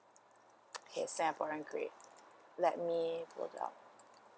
okay singaporean great let me look on